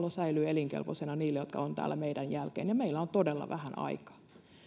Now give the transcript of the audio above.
pallo säilyy elinkelpoisena heille jotka ovat täällä meidän jälkeemme ja meillä on todella vähän aikaa